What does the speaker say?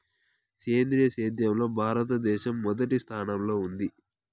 సేంద్రీయ సేద్యంలో భారతదేశం మొదటి స్థానంలో ఉంది